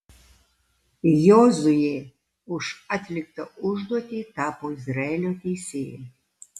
jozuė už atliktą užduotį tapo izraelio teisėju